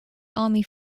army